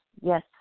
yes